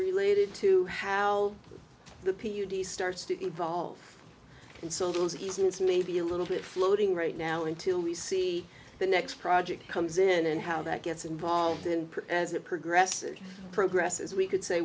related to how the p d starts to evolve and so little is easy it's maybe a little bit floating right now until we see the next project comes in and how that gets involved in as a progressive progress as we could say